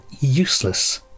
useless